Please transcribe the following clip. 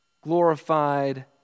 glorified